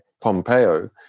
Pompeo